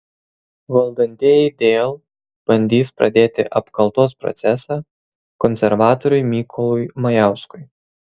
valdantieji dėl bandys pradėti apkaltos procesą konservatoriui mykolui majauskui